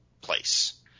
place